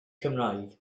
gymraeg